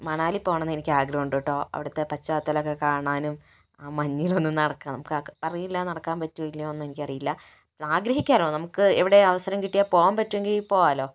മണാലി പോകണമെന്ന് എനിക്ക് ആഗ്രഹം ഉണ്ട് കേട്ടോ അവിടത്തെ പശ്ചാത്തലം ഒക്കെ കാണാനും ആ മഞ്ഞിൽ ഒന്നു നടക്കണം അറിയില്ല നടക്കാൻ പറ്റുമോ ഇല്ലയോ എന്നെനിക്കറിയില്ല ആഗ്രഹിക്കാലോ നമുക്ക് എവിടെയും അവസരം കിട്ടിയാൽ പോകാൻ പറ്റുമെങ്കിൽ പോകാമല്ലോ